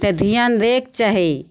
तऽ धिआन दैके चाही